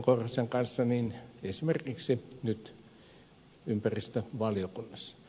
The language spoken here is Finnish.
korhosen kanssa nyt ympäristövaliokunnassa